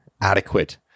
adequate